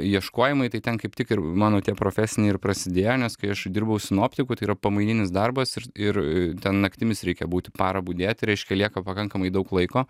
ieškojimai tai ten kaip tik ir mano tie profesiniai ir prasidėjo nes kai aš dirbau sinoptiku tai yra pamaininis darbas ir ir ten naktimis reikia būti parą budėti reiškia lieka pakankamai daug laiko